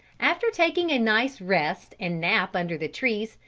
after taking a nice rest and nap under the trees,